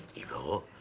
you go,